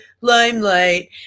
limelight